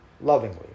lovingly